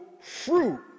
fruit